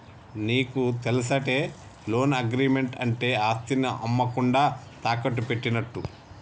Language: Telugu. నీకు తెలుసటే, లోన్ అగ్రిమెంట్ అంటే ఆస్తిని అమ్మకుండా తాకట్టు పెట్టినట్టు